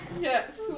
Yes